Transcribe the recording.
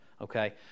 okay